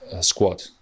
squad